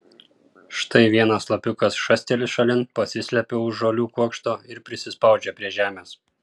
štai vienas lapiukas šasteli šalin pasislepia už žolių kuokšto ir prisispaudžia prie žemės